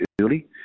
early